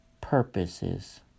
purposes